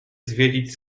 zwiedzić